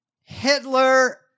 hitler